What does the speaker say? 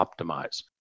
optimize